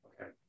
Okay